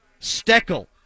Steckel